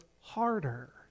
harder